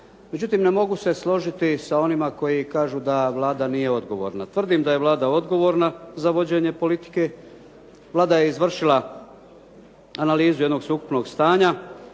Međutim, ne mogu se složiti s onima koji kažu da Vlada nije odgovorna. Tvrdim da je Vlada odgovorna za vođenje politike, Vlada je izvršila analizu jednog sveukupnog stanja